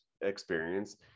experience